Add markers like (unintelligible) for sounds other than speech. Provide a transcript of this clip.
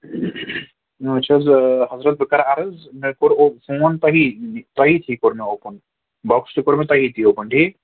اۭں وٕچھِو حظ حضرت بہٕ کرٕ عرٕض مےٚ کوٚر (unintelligible) فون تۄہی تۄہی تھی کوٚر مےٚ اوپُن بۄکُس تہِ کوٚر مےٚ تۄہی تھی اوپُن ٹھیٖک